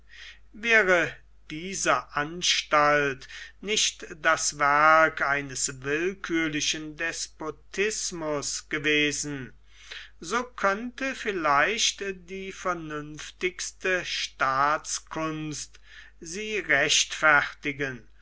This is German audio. wäre diese anstalt nicht das werk eines willkürlichen despotismus gewesen so könnte vielleicht die vernünftigste staatskunst sie rechtfertigen